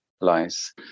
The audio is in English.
lies